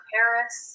Paris